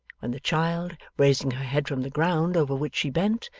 when the child, raising her head from the ground over which she bent,